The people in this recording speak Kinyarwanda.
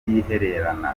kubyihererana